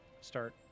start